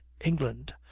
England